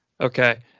Okay